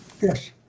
yes